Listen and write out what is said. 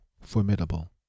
formidable